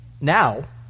Now